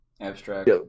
Abstract